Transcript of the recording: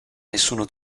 nessuno